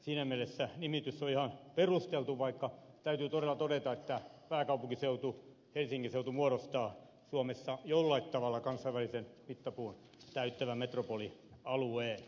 siinä mielessä nimitys on ihan perusteltu vaikka täytyy todella todeta että pääkaupunkiseutu helsingin seutu muodostaa suomessa jollain tavalla kansainvälisen mittapuun täyttävän metropolialueen